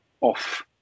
off